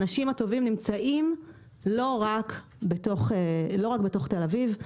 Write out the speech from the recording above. האנשים הטובים נמצאים לא רק בתוך תל אביב,